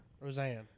Roseanne